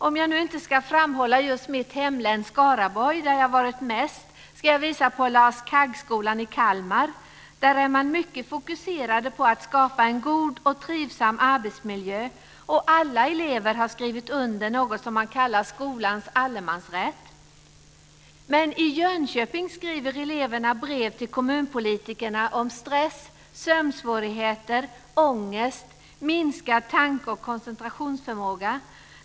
Om jag nu inte ska framhålla just mitt hemlän Skaraborg, där jag har varit mest, ska jag visa på Lars Kaggskolan i Kalmar. Där är man mycket fokuserade på att skapa en god och trivsam arbetsmiljö, och alla elever har skrivit under något som man kallar skolans allemansrätt. Men i Jönköping skriver eleverna brev till kommunpolitikerna om stress, sömnsvårigheter, ångest, minskad tanke och koncentrationsförmåga.